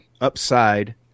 upside